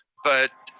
but